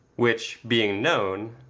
which being known,